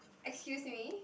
excuse me